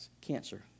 cancer